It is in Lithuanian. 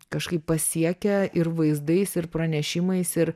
kažkaip pasiekia ir vaizdais ir pranešimais ir